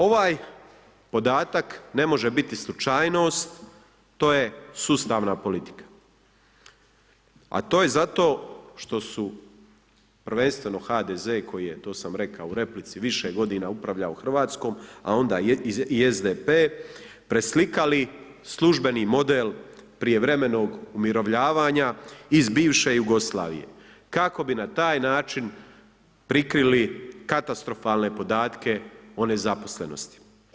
Ovaj podatak ne može biti slučajnost to je sustavna politika, a to je zato što su prvenstveno HDZ koji je to sam rekao u replici više godina upravljao Hrvatskom, a onda i SDP preslikali službeni model prijevremenog umirovljenja iz bivše Jugoslavije kako bi na taj način prikrili katastrofalne podatke o nezaposlenosti.